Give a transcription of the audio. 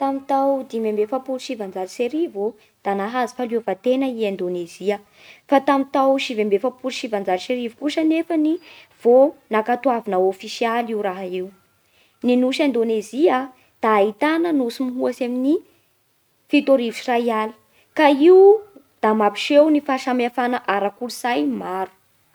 Tamin'ny tao dimy amby efapolo sy sivanjato sy arivo ô da nahazo fahaleovan-tena i Indonezia. Fa tamin'ny tao sivy amby efapolo sy sivanjato sy arivo kosa anefany vao nankatoavina ofisialy io raha io. Ny nosy Indonezia da ahitana nosy mihoatsy ny fito arivo sy iray aly ka io da mampiseho ny fahasamihafana ara-kolotsainy maro.